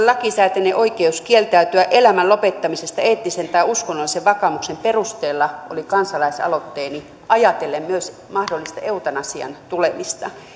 lakisääteinen oikeus kieltäytyä elämän lopettamisesta eettisen tai uskonnollisen vakaumuksen perusteella oli kansalaisaloitteeni ajatellen myös mahdollista eutanasian tulemista